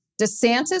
DeSantis